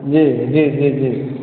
जी जी जी जी जी